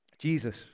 Jesus